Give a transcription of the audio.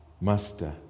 Master